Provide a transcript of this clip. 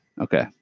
Okay